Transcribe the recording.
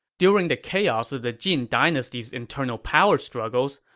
during the chaos of the jin dynasty's internal power struggles,